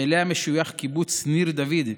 שאליה משויך קיבוץ ניר דוד,